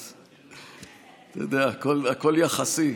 אז אתה יודע, הכול יחסי.